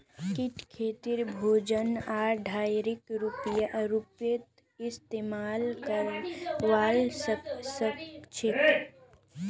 कीट खेतीक भोजन आर डाईर रूपत इस्तेमाल करवा सक्छई